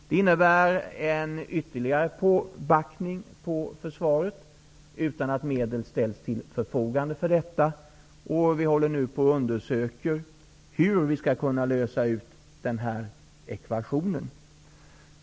Det innebär att ytterligare en uppgift läggs på försvaret utan att medel för ändamålet ställts till förfogande. Vi håller nu på att undersöka hur vi skall kunna lösa den här ekvationen.